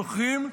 זוכרים?